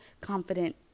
confident